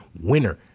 winner